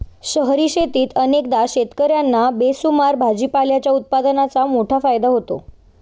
शहरी शेतीत अनेकदा शेतकर्यांना बेसुमार भाजीपाल्याच्या उत्पादनाचा मोठा फायदा होतो